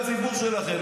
הציבור שלכם,